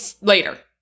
later